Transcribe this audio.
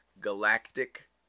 galactic